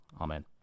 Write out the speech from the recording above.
amen